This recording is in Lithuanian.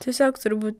tiesiog turbūt